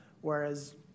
whereas